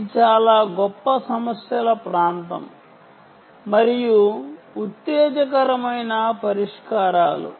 ఇది చాలా గొప్ప సమస్యల ప్రాంతం మరియు ఉత్తేజకరమైన పరిష్కారాలు